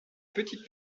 petite